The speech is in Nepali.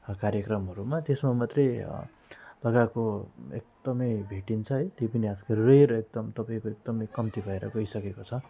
कार्यक्रमहरूमा त्यसमा मात्रै लगाएको एकदमै भेटिन्छ है त्यो पनि आजकल रिएर एकदम तपाईँको एकदमै कम्ती भएर गइसकेको छ